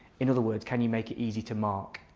in other words can you make it easy to mark?